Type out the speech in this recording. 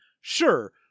sure